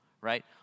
right